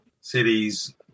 cities